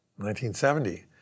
1970